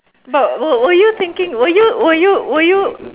but were were you thinking were you were you were you